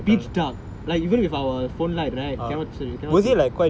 pitch dark like even with our phone light right cannot see